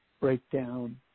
breakdown